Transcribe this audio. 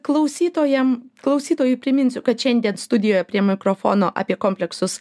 klausytojam klausytojui priminsiu kad šiandien studijoje prie mikrofono apie kompleksus